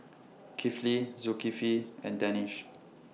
Kifli Zulkifli and Danish